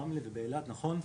רמלה, אילת, נכון.